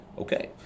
okay